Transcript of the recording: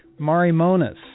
marimonas